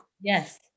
Yes